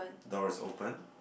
door is open